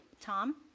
Tom